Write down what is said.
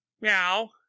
meow